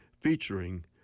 featuring